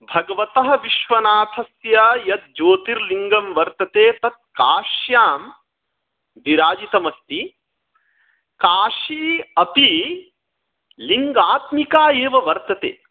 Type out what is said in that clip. भगवतः विश्वनाथस्य यत् ज्योतिर्लिङ्गं वर्तते तत् काश्यां विराजितमस्ति काशी अपि लिङ्गात्मिका एव वर्तते